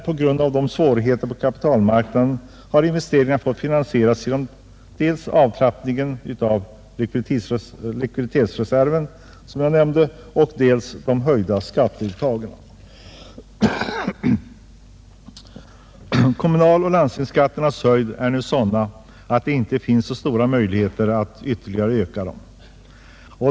På grund av svårigheter på kapitalmarknaden har investeringar fått finansieras dels genom avtrappning av likviditetsreserverna, dels genom höjda skatteuttag. Kommunaloch landstingsskatterna är nu så höga att det inte finns stora möjligheter att ytterligare öka dem.